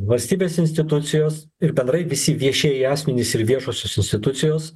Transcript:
valstybės institucijos ir bendrai visi viešieji asmenys ir viešosios institucijos